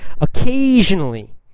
occasionally